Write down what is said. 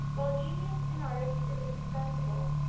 while genius in artists is indispensable,